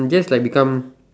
because like become